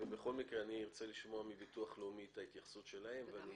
ובכל מקרה ארצה לשמוע מביטוח לאומי את ההתייחסות שלהם ואני